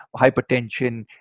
hypertension